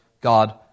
God